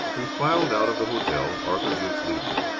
we filed out of the hotel, arthur jukes leading.